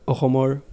অসমৰ